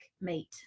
meat